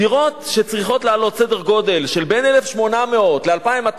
דירות שצריכות לעלות בין 1,800 ל-2,200